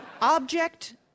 Object